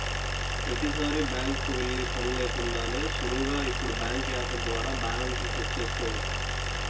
ప్రతీసారీ బ్యాంకుకి వెళ్ళే పని లేకుండానే సులువుగా ఇప్పుడు బ్యాంకు యాపుల ద్వారా బ్యాలెన్స్ ని చెక్ చేసుకోవచ్చు